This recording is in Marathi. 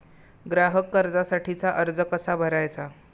ग्राहक कर्जासाठीचा अर्ज कसा भरायचा?